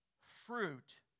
fruit